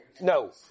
No